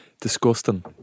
disgusting